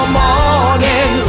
morning